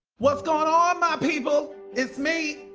what's going on my people? it's me,